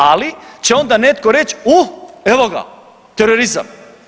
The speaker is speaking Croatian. Ali će onda netko reći uh evo ga, terorizam.